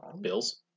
Bills